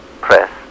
press